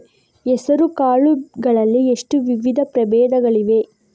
ಹೆಸರುಕಾಳು ಗಳಲ್ಲಿ ಎಷ್ಟು ವಿಧದ ಪ್ರಬೇಧಗಳಿವೆ?